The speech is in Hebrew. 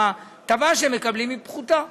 ההטבה שהם מקבלים היא פחותה.